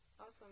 Awesome